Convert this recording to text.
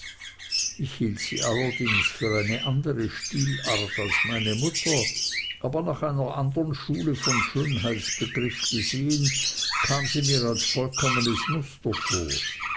ich hielt sie allerdings für eine andere stilart als meine mutter aber nach einer andern schule von schönheitsbegriff gesehen kam sie mir als vollkommenes muster vor